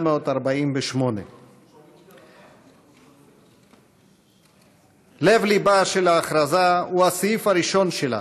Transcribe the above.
1948. לב-ליבה של ההכרזה הוא הסעיף הראשון שלה,